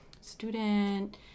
student